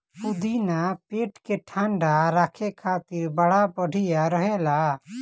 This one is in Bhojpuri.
पुदीना पेट के ठंडा राखे खातिर बड़ा बढ़िया रहेला